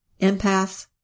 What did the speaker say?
empaths